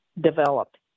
developed